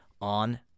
on